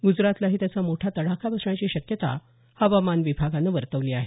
गुजरातलाही त्याचा मोठा तडाखा बसण्याची शक्यता हवामान विभागानं वर्तवली आहे